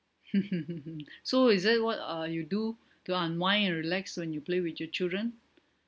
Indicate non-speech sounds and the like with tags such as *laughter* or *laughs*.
*laughs* so is it what uh you do to unwind and relax when you play with your children